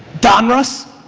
donruss?